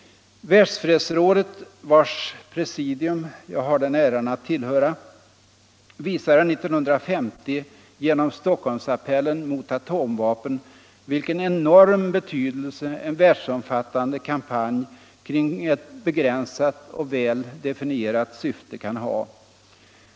Världsfredsrådet, vars presidium jag har den äran att tillhöra, visade 1950 genom Stockholmsappellen mot atomvapen vilken enorm betydelse en världsomfattande kampanj kring ett begränsat och väl definierat syfte kan ha.